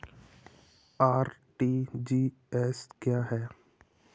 RTGS क्या है?